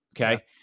Okay